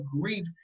grief